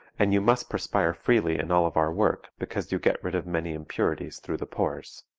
and you must perspire freely in all of our work because you get rid of many impurities through the pores.